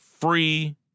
free